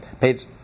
Page